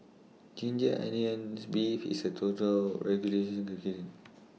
Ginger Onions Beef IS A